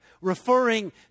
referring